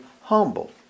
humble